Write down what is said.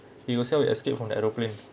he will self escaped from the aeroplane